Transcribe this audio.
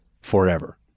forever